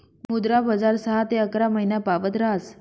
मुद्रा बजार सहा ते अकरा महिनापावत ऱहास